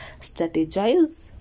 strategize